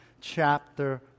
chapter